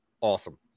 awesome